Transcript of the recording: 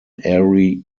erie